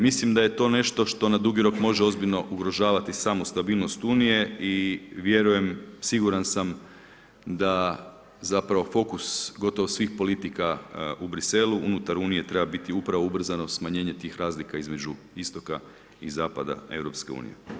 Mislim da je to nešto što na dugi rok može ozbiljno ugrožavati samu stabilnost Unije i vjerujem, siguran sam da fokus gotovo svih politika u Bruxellesu unutar Unije treba biti upravo ubrzano smanjenje tih razlika između istoka i zapada EU.